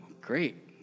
great